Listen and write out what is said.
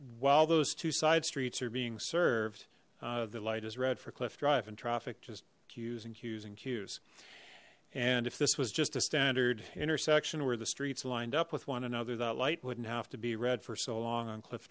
while those two side streets are being served the light is red for cliff drive and traffic just queues and queues and queues and if this was just a standard intersection where the streets lined up with one another that light wouldn't have to be red for so long on cliff